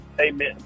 Amen